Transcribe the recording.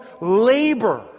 labor